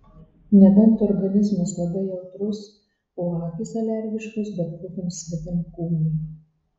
nebent organizmas labai jautrus o akys alergiškos bet kokiam svetimkūniui